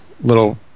little